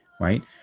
right